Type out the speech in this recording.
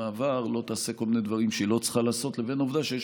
מעבר לא תעשה כל מיני דברים שהיא לא צריכה לעשות לבין העובדה שיש